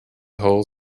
whole